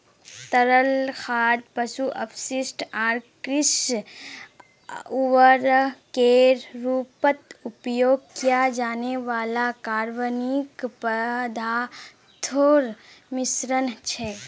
तरल खाद पशु अपशिष्ट आर कृषि उर्वरकेर रूपत उपयोग किया जाने वाला कार्बनिक पदार्थोंर मिश्रण छे